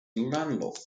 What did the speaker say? landlocked